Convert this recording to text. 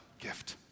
gift